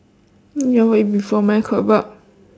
you never eat before meh kebab